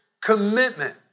Commitment